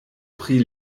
pri